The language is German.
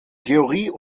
theorie